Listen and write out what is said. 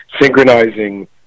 synchronizing